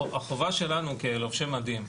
החובה שלנו כלובשי מדים.